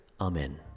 Amen